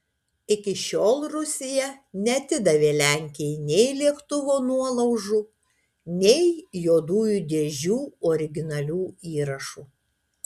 iki šiol rusija neatidavė lenkijai nei lėktuvo nuolaužų nei juodųjų dėžių originalių įrašų